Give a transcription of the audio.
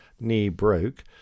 knee-broke